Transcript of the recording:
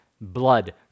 blood